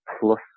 plus